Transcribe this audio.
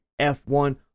F1